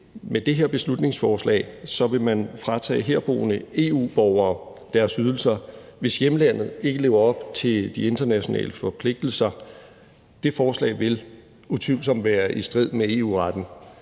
med det her beslutningsforslag vil man fratage herboende EU-borgere deres ydelser, hvis hjemlandet ikke lever op til de internationale forpligtelser. Det forslag vil utvivlsomt være i strid med EU-retten,